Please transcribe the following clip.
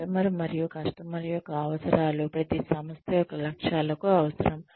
customer మరియు customer యొక్క అవసరాలు ప్రతి సంస్థ యొక్క లక్ష్యాలకు అవసరం